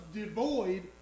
devoid